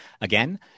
Again